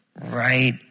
right